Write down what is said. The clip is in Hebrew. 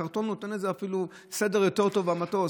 הקרטון נותן הרי סדר יותר טוב במטוס.